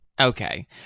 Okay